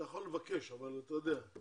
אתה יכול לבקש, אבל אתה יודע.